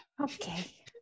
Okay